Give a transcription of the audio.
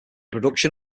production